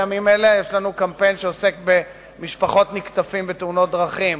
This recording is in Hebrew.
בימים אלה יש לנו קמפיין שעוסק במשפחות נקטפים בתאונות דרכים,